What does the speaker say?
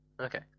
Okay